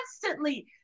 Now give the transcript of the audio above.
constantly